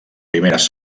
primeres